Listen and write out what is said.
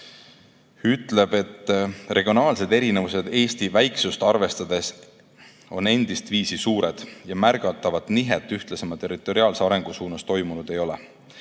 ütleb, et regionaalsed erinevused Eesti väiksust arvestades on endistviisi suured ja märgatavat nihet ühtlasema territoriaalse arengu suunas toimunud ei ole.